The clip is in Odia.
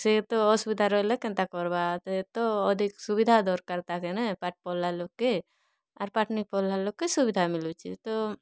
ସେ ତ ଅସୁବିଧାରେ ରହିଲେ କେନ୍ତା କରବା ସେ ତ ଅଧିକ ସୁବିଧା ଦରକାର୍ ତାକେ ନା ପାଠ୍ ପଢ଼ଲା ଲୋକକେ ଆର୍ ପାଠ୍ ନେଇ ପଢ଼ଲା ଲୋକକେ ସୁବିଧା ମିଲୁଛି ତ